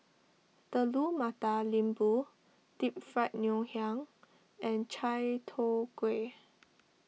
Telur Mata Lembu Deep Fried Ngoh Hiang and Chai Tow Kway